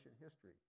history